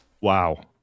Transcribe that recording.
Wow